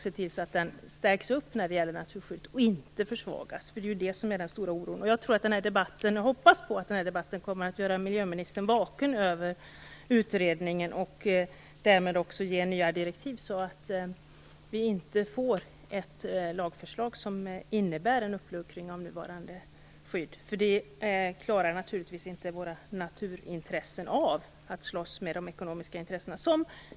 Den behöver se till att naturskyddet stärks och inte försvagas. Det är det som är den stora oron. Jag hoppas att den här debatten kommer att göra miljöministern vaken för utredningen och därmed också ge den nya direktiv, så att vi inte får ett lagförslag som innebär en uppluckring av nuvarande skydd. Våra naturintressen klarar naturligtvis inte av att slåss mot de ekonomiska intressena.